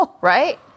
Right